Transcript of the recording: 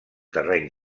terreny